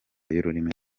y’ururimi